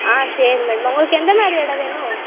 ஆ சரி மேம் உங்களுக்கு எந்தமாதிரி இடம் வேணும்